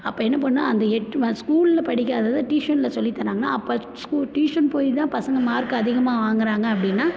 அப்போ என்ன பண்ணணும்னா அந்த எட்டு ஸ்கூலில் படிக்காதது டியூஷனில் சொல்லித் தர்றாங்கன்னா அப்போது டியூஷன் போய் தான் பசங்கள் மார்க் அதிகமாக வாங்குறாங்க அப்படின்னா